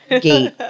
gate